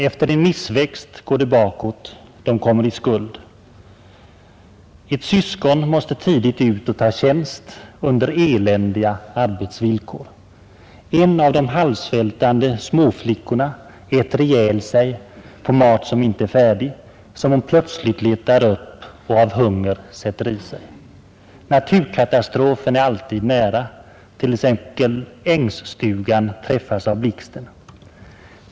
Efter en missväxt går det bakåt, de kommer i skuld. Ett syskon måste tidigt ut och ta tjänst — under eländiga arbetsvillkor. En av de halvsvältande småflickorna äter ihjäl sig på ofärdig mat, som hon plötsligt letar upp och av hunger sätter i sig. Naturkatastrofen är alltid nära, t.ex. ängsstugan träffas av blixten.